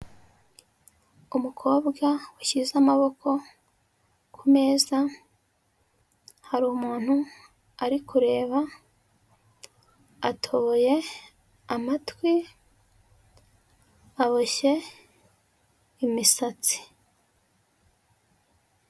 Umukobwa ushyize amaboko kumeza, hari umuntu ari kureba, atoboye amatwi, aboshye imisatsi.